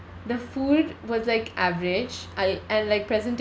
the food was like average I and like presentation